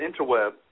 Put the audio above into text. interweb